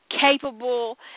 capable